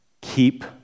keep